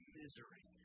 misery